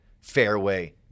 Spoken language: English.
fairway